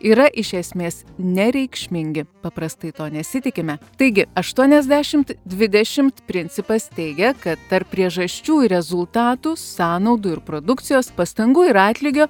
yra iš esmės nereikšmingi paprastai to nesitikime taigi aštuoniasdešimt dvidešimt principas teigia kad tarp priežasčių rezultatų sąnaudų ir produkcijos pastangų ir atlygio